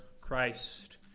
Christ